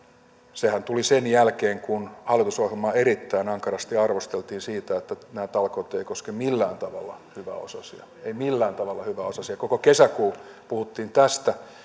sehän tuli sen jälkeen kun hallitusohjelmaa erittäin ankarasti arvosteltiin siitä että nämä talkoot eivät koske millään tavalla hyväosaisia eivät millään tavalla hyväosaisia koko kesäkuu puhuttiin tästä